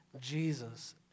Jesus